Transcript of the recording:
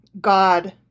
God